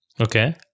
Okay